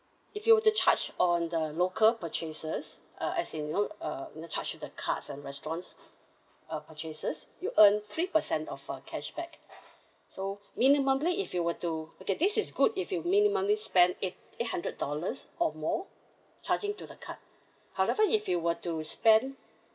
if you were to charge on the local purchases uh as in you know uh you know charge with the cards and restaurants uh purchases you'll earn three per cent of uh cashback so minimally if you were to okay this is good if you minimally spend eight eight hundred dollars or more charging to the card however if you were to spend